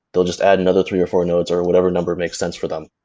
they'll just add another three or four nodes or whatever number makes sense for them.